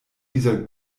dieser